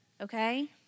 Okay